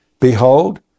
Behold